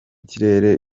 kirere